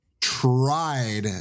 tried